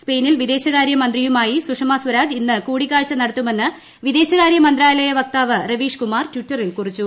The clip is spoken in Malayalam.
സ്പെയിൻ വിദേശകാര്യമന്ത്രിയുമായി സുഷമ സ്വരാജ് ഇന്ന് കൂടിക്കാഴ്ച നടത്തുമെന്ന് വിദേശകാര്യമന്ത്രാലയ വക്താവ് രവീഷ് കുമാർ ട്വിറ്ററിൽ അറിയിച്ചു